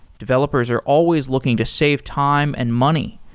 developers are always looking to save time and money,